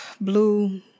blue